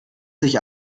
sich